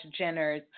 Jenners